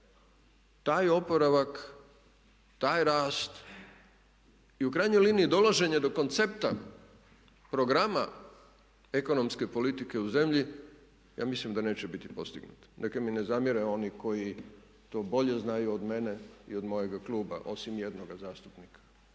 taj oporavak, taj rast i u krajnjoj liniji dolaženje do koncepta programa ekonomske politike u zemlji ja mislim da neće biti postignut. Neka mi ne zamjere oni koji to bolje znaju od mene i od mojega kluba, osim jednoga zastupnika.